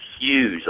huge